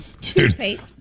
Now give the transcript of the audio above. Toothpaste